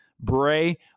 Bray